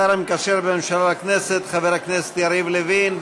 השר המקשר בין הממשלה לכנסת חבר הכנסת יריב לוין,